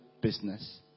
business